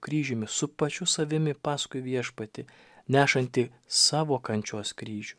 kryžiumi su pačiu savimi paskui viešpatį nešantį savo kančios kryžių